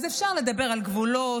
אז אפשר לדבר על גבולות,